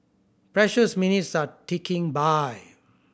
precious minutes are ticking by